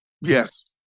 Yes